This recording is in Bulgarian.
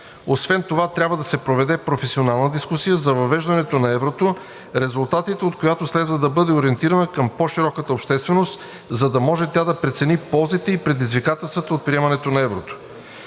Освен това трябва да се проведе професионална дискусия за въвеждането на еврото, резултатите от която следва да бъдат ориентирани към широката общественост, за да може тя да прецени ползите и предизвикателствата от приемането на еврото.